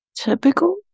typical